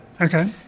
Okay